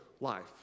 life